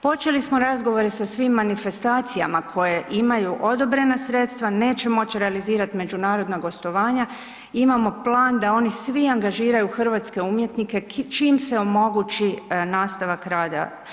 Počeli smo razgovore sa svim manifestacijama koje imaju odobrena sredstva, neće moći realizirati međunarodna gostovanja, imamo plan da oni svi angažiraju hrvatske umjetnike čim se omogući nastavak rada.